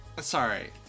Sorry